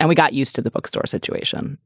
and we got used to the bookstore situation.